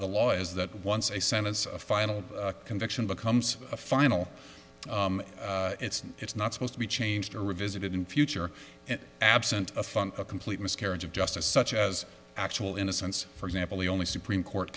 the law is that once a senate final conviction becomes a final it's it's not supposed to be changed or revisit it in future absent a fun a complete miscarriage of justice such as actual innocence for example the only supreme court